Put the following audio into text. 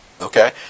Okay